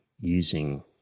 using